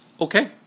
okay